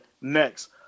Next